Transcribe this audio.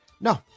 no